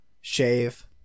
shave